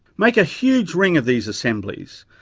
make a huge ring of these assemblies,